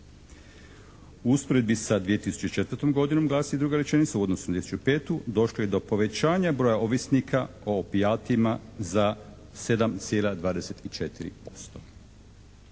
U usporedbi sa 2004. godinom glasi druga rečenica, u odnosu na 2005. došlo je do povećanja broja ovisnika o opijatima za 7,24%.